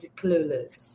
clueless